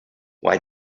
why